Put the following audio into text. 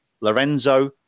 Lorenzo